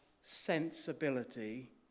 sensibility